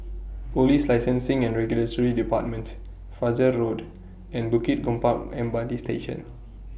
Police Licensing and Regulatory department Fajar Road and Bukit Gombak M R T Station